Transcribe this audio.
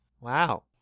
wow